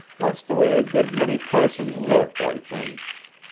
that's the way a good many parsons look, i think.